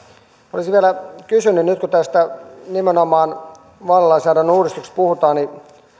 olisin vielä kysynyt kun nyt nimenomaan tästä vaalilainsäädännön uudistuksesta puhutaan että